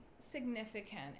significant